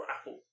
apple